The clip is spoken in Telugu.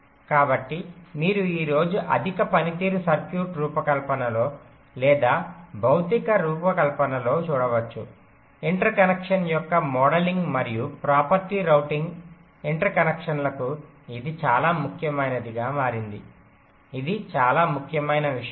కాబట్టి మీరు ఈ రోజు అధిక పనితీరు సర్క్యూట్ రూపకల్పనలో లేదా భౌతిక రూపకల్పనలో చూడవచ్చు ఇంటర్ కనెక్షన్ యొక్క మోడలింగ్ మరియు ప్రాపర్టీ రూటింగ్ ఇంటర్ కనెక్షన్లకు ఇది చాలా ముఖ్యమైనదిగా మారింది ఇది చాలా ముఖ్యమైన విషయం